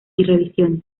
revisiones